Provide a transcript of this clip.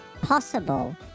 possible